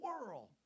world